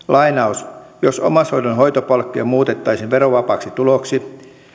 jos jos omaishoidon hoitopalkkio muutettaisiin verovapaaksi tuloksi